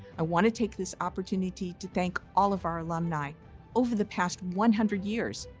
i want to take this opportunity to thank all of our alumni over the past one hundred years.